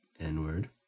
N-Word